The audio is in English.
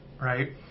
Right